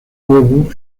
huevo